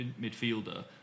midfielder